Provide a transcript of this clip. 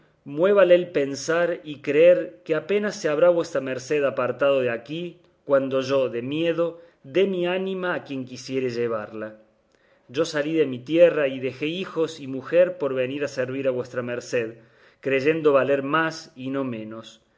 muévale el pensar y creer que apenas se habrá vuestra merced apartado de aquí cuando yo de miedo dé mi ánima a quien quisiere llevarla yo salí de mi tierra y dejé hijos y mujer por venir a servir a vuestra merced creyendo valer más y no menos